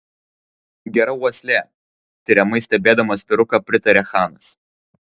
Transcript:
gera uoslė tiriamai stebėdamas vyruką pritarė chanas